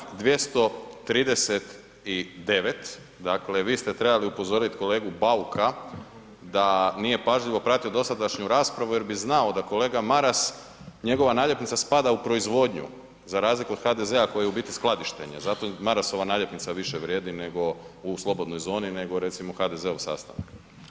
Članak 239. dakle vi ste trebali upozoriti kolegu Bauka da nije pažljivo pratio dosadašnju raspravu jer bi znao da kolega Maras, njegova naljepnica spada u proizvodnju za razliku od HDZ-a koji je u biti skladištenje zato Marasova naljepnica više vrijedi u slobodnoj zoni nego recimo HDZ-ov sastanak.